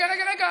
רגע, רגע, רגע.